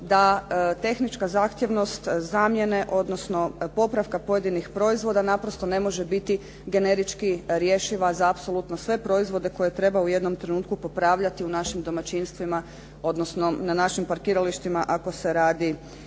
da tehnička zahtjevnost zamjene, odnosno popravka pojedinih proizvoda naprosto ne može biti generički rješiva za apsolutno sve proizvode koje treba u jednom trenutku popravljati u našim domaćinstvima, odnosno na našim parkiralištima ako se radi